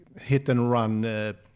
hit-and-run